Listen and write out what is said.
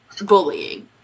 bullying